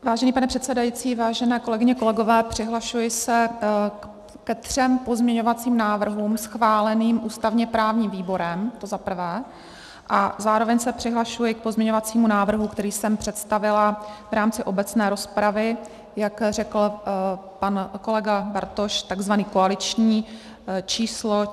Vážený pane předsedající, vážené kolegyně, kolegové, přihlašuji se ke třem pozměňovacím návrhům schváleným ústavněprávním výborem, to za prvé, a zároveň se přihlašuji k pozměňovacímu návrhu, který jsem představila v rámci obecné rozpravy, jak řekl pan kolega Bartoš, tzv. koaliční, číslo 1379.